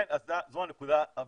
כן, זו הנקודה הבאה.